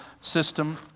system